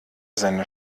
seine